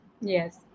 Yes